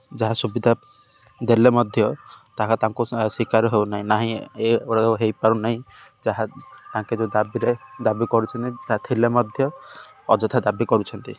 ଯାହା ସୁବିଧା ଦେଲେ ମଧ୍ୟ ତାହା ତାଙ୍କୁ ଶିକାର ହଉନାହିଁ ନାହିଁ ଏଗୁଡ଼ାକ ହେଇପାରୁନାହିଁ ଯାହା ତାଙ୍କେ ଯେଉଁ ଦାବିରେ ଦାବି କରୁଛନ୍ତି ତାହା ଥିଲେ ମଧ୍ୟ ଅଯଥା ଦାବି କରୁଛନ୍ତି